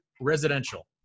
residential